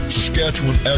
Saskatchewan